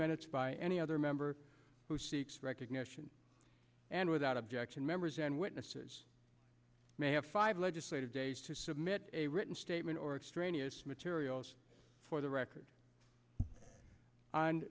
minutes by any other member who seeks recognition and without objection members and witnesses may have five legislative days to submit a written statement or extraneous materials for the record on